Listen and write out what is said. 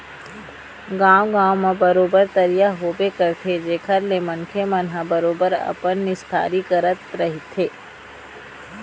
गाँव गाँव म बरोबर तरिया होबे करथे जेखर ले मनखे मन ह बरोबर अपन निस्तारी करत रहिथे